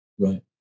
Right